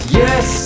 yes